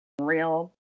real